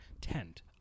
tent